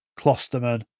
Klosterman